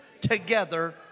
together